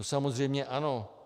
Samozřejmě ano.